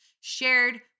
shared